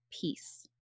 peace